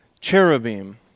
cherubim